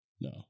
No